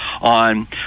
on